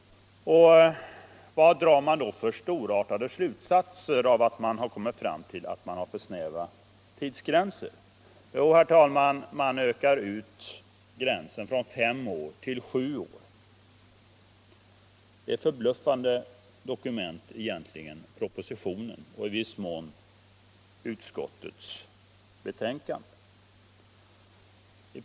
Vad drar då socialdemokraterna för storartade slutsatser av att de kommit fram till att vi har för snäva gränser? Jo, herr talman, de flyttar gränsen från fem till sju år. Propositionen och i viss mån utskottets betänkande är egentligen förbluffande dokument.